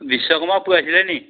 বিশ্ব কৰ্মা পুৰাইছিলে নি